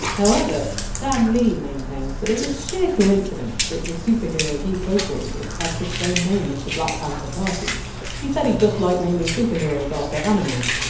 however, stan lee maintains that it was sheer coincidence that the superhero he co-created had the same name as the black panther party he said he just liked naming superheroes after animals.